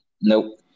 nope